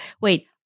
wait